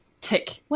tick